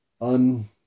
un